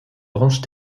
branches